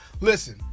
Listen